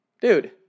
dude